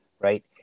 right